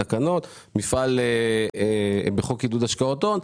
מפעל בחוק עידוד השקעות הון,